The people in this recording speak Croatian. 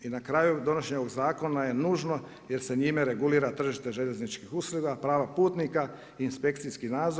I na kraju, donošenje ovog zakona je nužno jer se njime regulira tržište željezničkih usluga, prava putnika i inspekcijski nadzor.